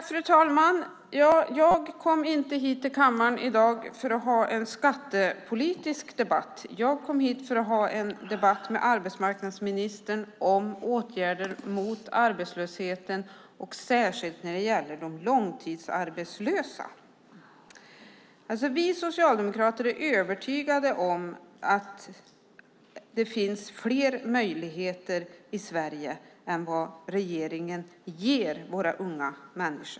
Fru talman! Jag kom inte hit till kammaren i dag för att ha en skattepolitisk debatt. Jag kom hit för att ha en debatt med arbetsmarknadsministern om åtgärder mot arbetslösheten, särskilt när det gäller de långtidsarbetslösa. Vi socialdemokrater är övertygade om att det finns fler möjligheter i Sverige än vad regeringen ger våra unga människor.